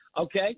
Okay